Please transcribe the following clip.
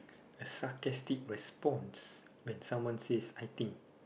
a sarcastic response when someone says I think